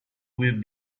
will